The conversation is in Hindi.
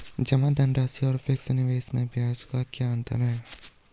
जमा धनराशि और फिक्स निवेश में ब्याज का क्या अंतर है?